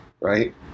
right